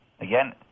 Again